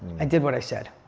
i did what i said.